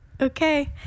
Okay